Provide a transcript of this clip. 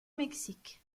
mexique